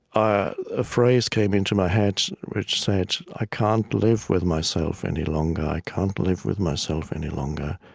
a phrase came into my head, which said, i can't live with myself any longer. i can't live with myself any longer.